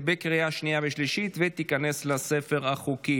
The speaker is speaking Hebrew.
בעד, חמישה, אפס מתנגדים.